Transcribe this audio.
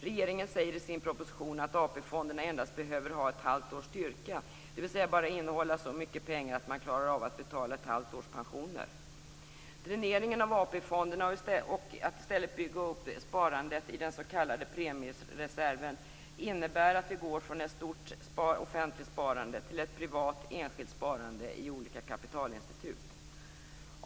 Regeringen säger i sin proposition att AP-fonderna endast behöver ha ett halvt års styrka, dvs. bara innehålla så mycket pengar att man klarar av att betala ett halvt års pensioner. Dräneringen av AP-fonderna för att i stället bygga upp sparandet i den s.k. premiereserven innebär att vi går från ett stort offentligt sparande till ett privat, enskilt sparande i olika kapitalinstitut.